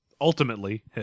ultimately